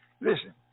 Listen